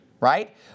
Right